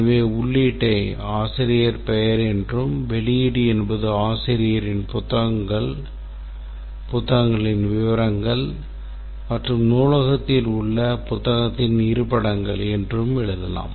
எனவே உள்ளீட்டை ஆசிரியர் பெயர் என்றும் வெளியீடு என்பது ஆசிரியர்களின் புத்தகங்களின் விவரங்கள் மற்றும் நூலகத்தில் இந்த புத்தகத்தின் இருப்பிடங்கள் என்றும் எழுதலாம்